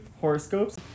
horoscopes